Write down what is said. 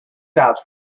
vouch